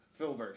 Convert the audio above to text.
Philbert